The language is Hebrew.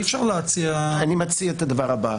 אי-אפשר להציע --- אני מציע את הדבר הבא,